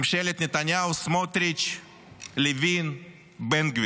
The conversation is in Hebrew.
ממשלת נתניהו-סמוטריץ'-לוין-בן גביר.